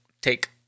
take